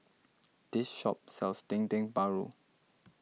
this shop sells Dendeng Paru